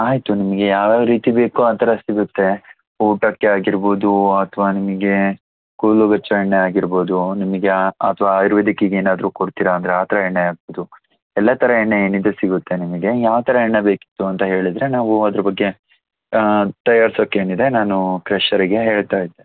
ಆಯಿತು ನಿಮಗೆ ಯಾವ ಯಾವ ರೀತಿ ಬೇಕು ಆ ಥರ ಸಿಗುತ್ತೆ ಊಟಕ್ಕೆ ಆಗಿರ್ಬೌದು ಅಥವಾ ನಿಮಗೆ ಕೂದ್ಲ್ಗೆ ಹಚ್ಚೋ ಎಣ್ಣೆ ಆಗಿರ್ಬೌದು ನಿಮಗೆ ಅಥವಾ ಆಯುರ್ವೇದಿಕಿಗೆ ಏನಾದರೂ ಕೊಡ್ತೀರ ಅಂದರೆ ಆ ಥರ ಎಣ್ಣೆ ಆಗ್ಬೋದು ಎಲ್ಲ ಥರ ಎಣ್ಣೆ ಏನಿದೆ ಸಿಗುತ್ತೆ ನಿಮಗೆ ಯಾವ ಥರ ಎಣ್ಣೆ ಬೇಕಿತ್ತು ಅಂತ ಹೇಳಿದ್ರೆ ನಾವು ಅದರ ಬಗ್ಗೆ ತಯಾರ್ಸೋಕ್ಕೇನಿದೆ ನಾನು ಕ್ರಷರ್ಗೆ ಹೇಳ್ತಾ ಇದ್ದೆ